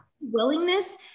Willingness